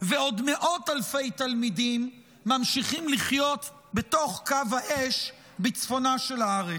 ועוד מאות אלפי תלמידים ממשיכים לחיות בתוך קו האש בצפונה של הארץ.